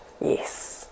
Yes